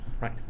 Right